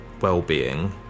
well-being